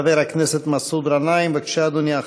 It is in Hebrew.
חבר הכנסת מסעוד גנאים, בבקשה, אדוני.